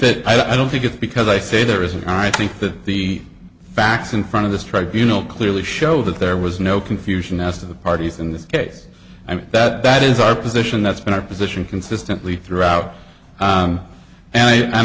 that i don't think it's because i say there is and i think that the facts in front of this tribunal clearly show that there was no confusion as to the parties in this case i mean that that is our position that's been our position consistently throughout and i